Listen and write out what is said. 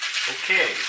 Okay